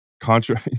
contrary